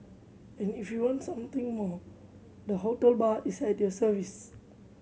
and if you want something more the hotel bar is at your service